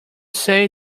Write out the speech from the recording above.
say